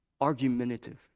argumentative